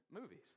movies